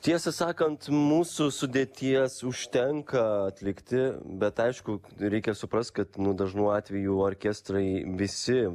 tiesą sakant mūsų sudėties užtenka atlikti bet aišku reikia suprast kad dažnu atveju orkestrai visi